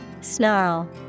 Snarl